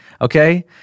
Okay